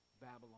Babylon